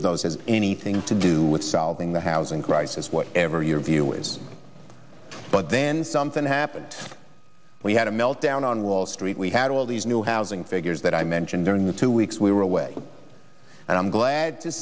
of those has anything to do with solving the housing crisis whatever your view is but then something happened we had a meltdown on wall street we had all these new housing figures that i mentioned during the two weeks we were away and i'm glad to